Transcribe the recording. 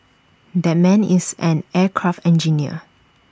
that man is an aircraft engineer